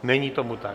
Není tomu tak.